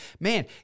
Man